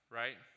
right